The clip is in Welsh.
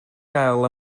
gael